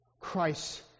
Christ